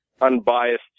unbiased